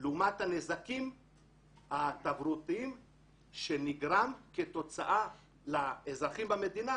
לעומת הנזקים התברואתיים שנגרמים כתוצאה לאזרחים במדינה,